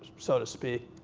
so to speak,